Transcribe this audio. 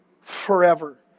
forever